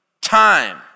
time